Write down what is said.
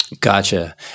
Gotcha